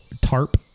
tarp